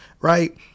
right